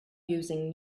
using